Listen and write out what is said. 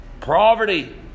poverty